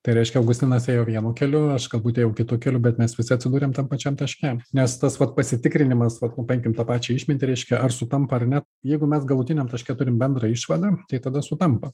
tai reiškia augustinas ėjo vienu keliu aš galbūt ėjau kitu keliu bet mes visi atsidūrėm tam pačiam taške nes tas vat pasitikrinimas vat nu paimkim tą pačią išmintį reiškia ar sutampa ar ne jeigu mes galutiniam taške turim bendrą išvadą tai tada sutampa